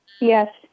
Yes